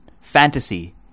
fantasy